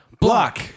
Block